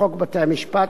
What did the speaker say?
לחוק בתי-המשפט,